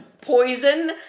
poison